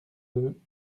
deux